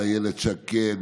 אילת שקד,